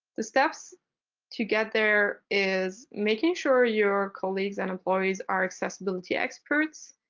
the steps to get there is making sure your colleagues and employees are accessibility experts,